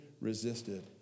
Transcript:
Resisted